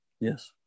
Yes